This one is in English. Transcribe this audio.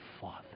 Father